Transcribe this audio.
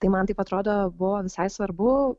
tai man taip atrodo buvo visai svarbu